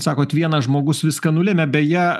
sakot vienas žmogus viską nulemia beje